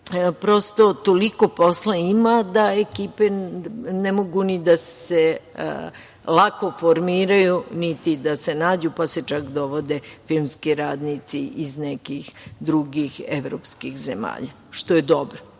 Prosto, toliko posla ima da ekipe ne mogu ni da se lako formiraju, niti da se nađu, pa se čak dovode filmski radnici iz nekih drugih evropskih zemalja, što je dobro. Film